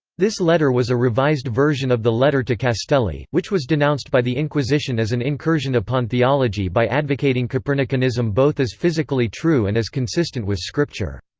this letter was a revised version of the letter to castelli, which was denounced by the inquisition as an incursion upon theology by advocating copernicanism both as physically true and as consistent with scripture.